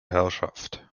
herrschaft